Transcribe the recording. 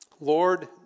Lord